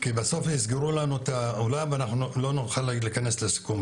בסוף יסגרו לנו את האולם ולא נוכל להיכנס לסיכום.